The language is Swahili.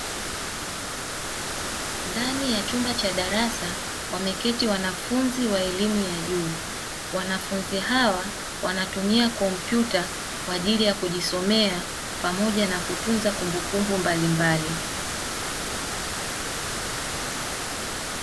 Ndani ya chumba cha darasa wameketi wanafuzi wa elimu ya juu, wanafunzi hawa wanatumia kompyuta kwa ajili ya kujisomea pamoja na kutunza kumbukumbu mbalimbali.